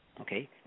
okay